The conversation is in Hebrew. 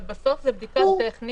אבל בסוף זו בדיקה טכנולוגית